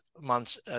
months